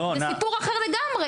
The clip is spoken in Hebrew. זה סיפור אחר לגמרי.